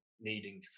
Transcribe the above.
needing